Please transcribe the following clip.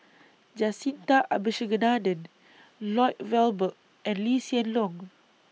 Jacintha Abisheganaden Lloyd Valberg and Lee Hsien Loong